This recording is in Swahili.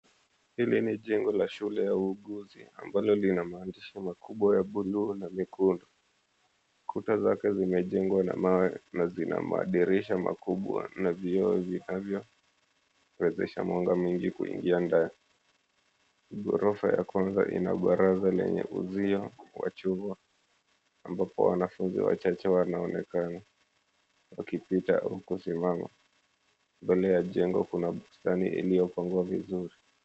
Hili ni jengo la shule ya uuguzi ambalo lina maandishi makubwa ya buluu na nyekundu. Kuta zake zimejengwa na mawe na lina madirisha makubwa na vioo vinavyoezesha mwanga mwingi kuingia ndani. Gorofa la kwaza ina baraza lenye uzio wa chuma ambapo wanafunzi wachache wanaonekana wakipita au kusimama. Mbele ya jengo kuna bustani iliyopangwa vizuri.